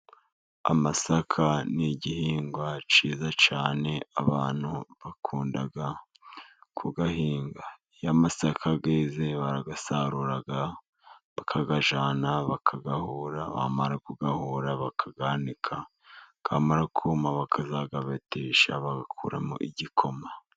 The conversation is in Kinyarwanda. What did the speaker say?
Amasaka ni igihingwa cyiza cyane, abantu bakunda kuyahinga ,iyo amasaka yeze barasarura bakayajyana bakayahura, bamara kuyahura bakanika, yamara kuma bakazayabetesha bagakuramo igikoma.